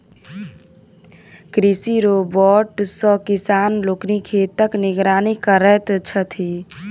कृषि रोबोट सॅ किसान लोकनि खेतक निगरानी करैत छथि